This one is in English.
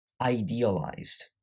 idealized